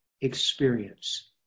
experience